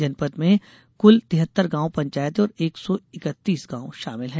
जनपद में कुल तिहत्तर गांव पंचायते और एक सौ इकत्तीस गांव शामिल हैं